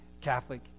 Catholic